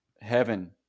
heaven